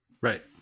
Right